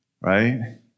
Right